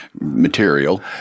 material